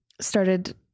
started